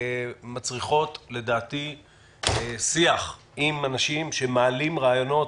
מצריכות לדעתי שיח עם אנשים שמעלים רעיונות,